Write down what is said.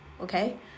okay